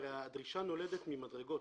הרי הדרישה נולדת ממדרגות.